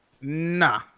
Nah